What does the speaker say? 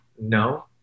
no